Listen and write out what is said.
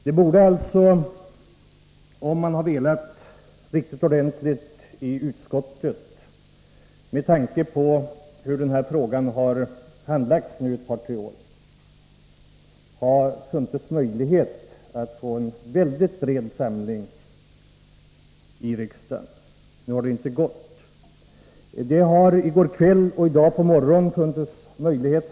Det borde alltså, med tanke på hur den här frågan handlagts i nu ett par tre år, ha funnits möjlighet att, om man riktigt ordentligt hade velat det i utskottet, få till stånd en mycket bred samling i riksdagen. Nu har det inte gått. Det har funnits möjlighet — i går kväll och i dag på morgonen — för statsrådet att gå oss till mötes.